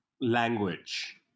language